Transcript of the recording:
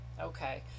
okay